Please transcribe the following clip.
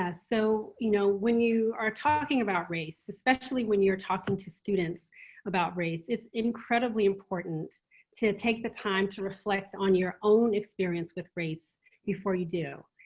ah so you know when you are talking about race, especially when you're talking to students about race, it's incredibly important to take the time to reflect on your own experience with race before you do.